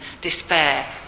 despair